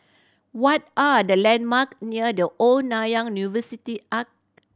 what are the landmark near The Old Nanyang University Arch